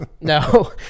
no